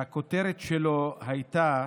הכותרת שלו הייתה: